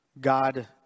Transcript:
God